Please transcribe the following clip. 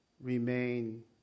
remain